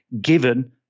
given